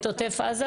זה לא מה שאמרתי.